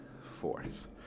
fourth